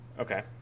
Okay